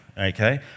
Okay